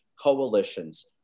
coalitions